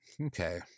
okay